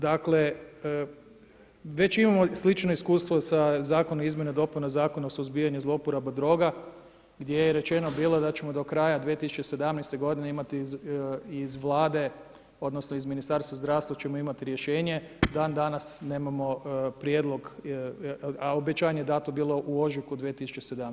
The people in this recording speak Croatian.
Dakle, već imamo slično iskustvo sa zakonom o izmjenom i dopunom Zakona o suzbijanju zloporaba droga gdje je rečeno bilo da ćemo do kraja 2017. g. imati iz Vlade odnosno iz Ministarstva zdravstva ćemo imati rješenje, dandanas nemamo prijedlog a obećanje je dato bilo u ožujku 2017.